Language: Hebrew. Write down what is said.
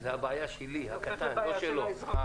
זו הבעיה שלי, הקטן, לא שלו.